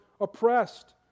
oppressed